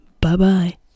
Bye-bye